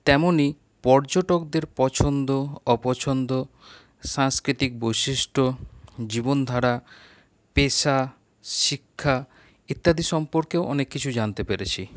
তেমনই পর্যটকদের পছন্দ অপছন্দ সাংস্কৃতিক বৈশিষ্ট্য জীবন ধারা পেশা শিক্ষা ইত্যাদি সম্পর্কেও অনেক কিছু জানতে পেরেছি